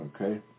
okay